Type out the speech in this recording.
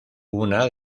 una